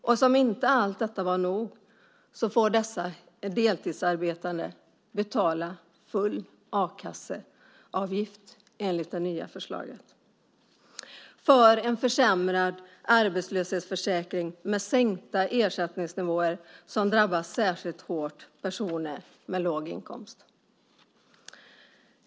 Som om inte allt detta var nog så får dessa deltidsarbetande betala full a-kasseavgift enligt det nya förslaget som ger en försämrad arbetslöshetsförsäkring med sänkta ersättningsnivåer. Det drabbar personer med låg inkomst särskilt hårt.